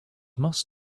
must